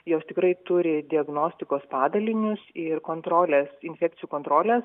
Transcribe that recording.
jos tikrai turi diagnostikos padalinius ir kontrolės infekcijų kontrolės